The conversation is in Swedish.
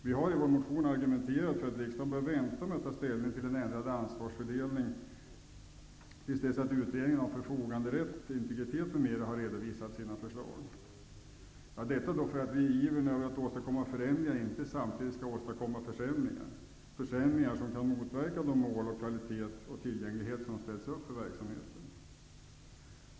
Vi har i vår motion argumenterat för att riksdagen bör vänta med att ta ställning till en ändrad ansvarsfördelning till dess att utredningen om förfoganderätt, integritet m.m. har redovisat sina förslag -- detta för att vi i ivern över att åstadkomma förändringar inte samtidigt skall åstadkomma försämringar, som kan motverka de mål om kvalitet och tillgänglighet som har ställts upp för verksamheten.